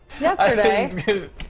yesterday